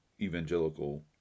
evangelical